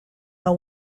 ill